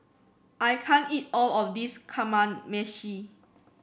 I can't eat all of this Kamameshi